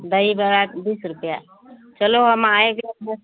दही बड़ा बीस रुपया चलो हम आएंगे फिर